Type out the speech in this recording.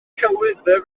celwyddau